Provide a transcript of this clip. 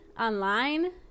online